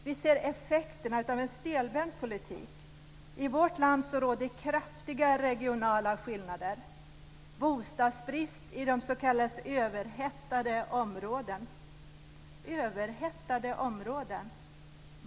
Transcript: Vi ser effekterna av en stelbent politik. I vårt land råder kraftiga regionala skillnader. Vi har bostadsbrist i de s.k. överhettade områdena.